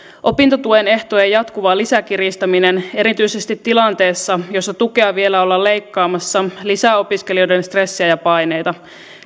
opintotuen ehtojen jatkuva lisäkiristäminen erityisesti tilanteessa jossa tukea vielä ollaan leikkaamassa lisää opiskelijoiden stressiä ja paineita